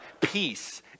peace